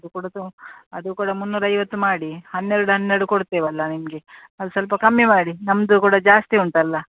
ಅದು ಕೂಡ ತೊ ಅದು ಕೂಡ ಮುನ್ನೂರು ಐವತ್ತು ಮಾಡಿ ಹನ್ನೆರ್ಡು ಹನ್ನೆರ್ಡು ಕೊಡ್ತೇವಲ್ಲ ನಿಮಗೆ ಅದು ಸ್ವಲ್ಪ ಕಮ್ಮಿ ಮಾಡಿ ನಮ್ಮದು ಕೂಡ ಜಾಸ್ತಿ ಉಂಟಲ್ಲ